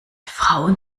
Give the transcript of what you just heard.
frauen